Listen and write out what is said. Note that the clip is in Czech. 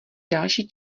další